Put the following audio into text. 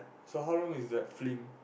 so how long is that film